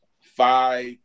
five